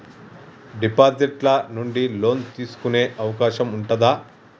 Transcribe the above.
Deposit ల నుండి loan తీసుకునే అవకాశం ఉంటదా?